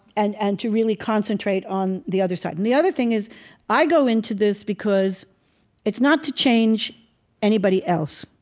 and and to really concentrate on the other side. and the other thing is i go into this because it's not to change anybody else,